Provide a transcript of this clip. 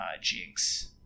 Jinx